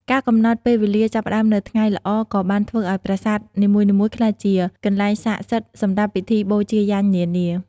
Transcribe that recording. ការកំណត់ពេលវេលាចាប់ផ្តើមនៅថ្ងៃល្អក៏បានធ្វើឲ្យប្រាសាទនីមួយៗក្លាយជាកន្លែងស័ក្តិសិទ្ធិសម្រាប់ពិធីបូជាយញ្ញនានា។